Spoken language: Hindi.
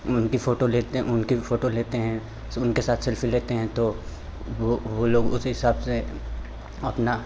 उनकी फ़ोटो लेते हैं उनकी भी फ़ोटो लेते हैं सब उनके साथ सेल्फ़ी लेते हैं तो वो वो लोग उसी हिसाब से अपना